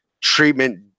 treatment